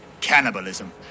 cannibalism